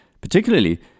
particularly